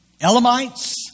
Elamites